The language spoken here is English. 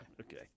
Okay